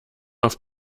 auf